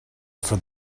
for